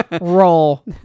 Roll